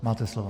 Máte slovo.